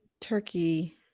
turkey